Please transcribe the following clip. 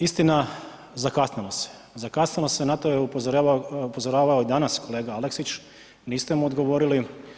Istina zakasnilo se, zakasnilo se i na to je upozoravao danas kolega Aleksić, niste mu odgovorili.